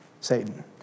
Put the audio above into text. Satan